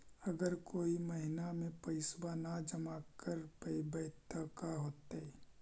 अगर कोई महिना मे पैसबा न जमा कर पईबै त का होतै?